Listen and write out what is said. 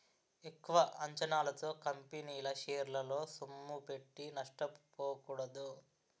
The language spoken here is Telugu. ఎక్కువ అంచనాలతో కంపెనీల షేరల్లో సొమ్ముపెట్టి నష్టపోకూడదు